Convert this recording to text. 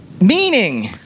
Meaning